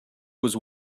was